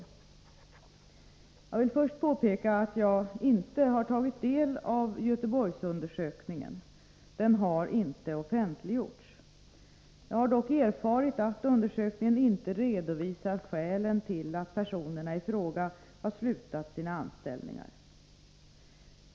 Jag vill först påpeka att jag inte har tagit del av Göteborgsundersökningen. Den har inte offentliggjorts. Jag har dock erfarit att undersökningen inte redovisar skälen till att personerna i fråga har slutat sina anställningar.